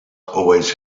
always